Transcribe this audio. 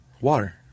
Water